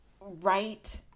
right